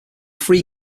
free